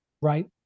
Right